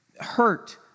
hurt